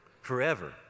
forever